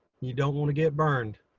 you don't want to get burned.